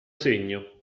segno